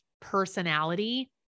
personality